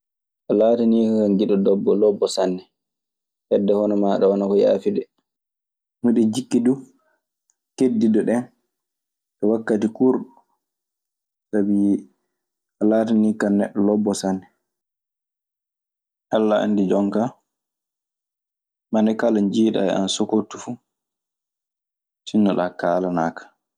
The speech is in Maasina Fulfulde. "A laataniike kan giɗo lobbo lobbo sanne. Heɓde hono maaɗa wanaa ko yaafi de." Alla anndi jonka, mande kala njiida e an sokortu fu, tinnoɗa kaalana kan.